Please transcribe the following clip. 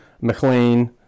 McLean